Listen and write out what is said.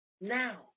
now